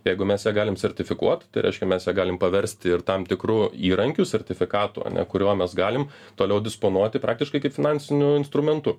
jeigu mes ją galim sertifikuot tai reiškia mes ją galim paversti ir tam tikru įrankiu sertifikatu ane kuriuo mes galim toliau disponuoti praktiškai kaip finansiniu instrumentu